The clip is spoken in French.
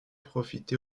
profité